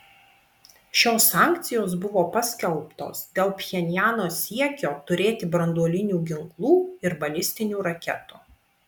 šios sankcijos buvo paskelbtos dėl pchenjano siekio turėti branduolinių ginklų ir balistinių raketų